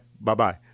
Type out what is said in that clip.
Bye-bye